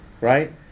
Right